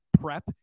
Prep